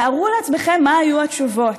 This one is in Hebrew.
תארו לעצמכם מה היו התשובות: